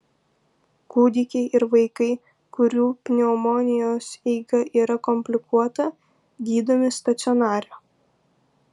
kūdikiai ir vaikai kurių pneumonijos eiga yra komplikuota gydomi stacionare